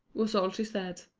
was all she said.